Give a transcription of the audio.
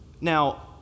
Now